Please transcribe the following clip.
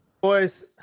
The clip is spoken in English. Boys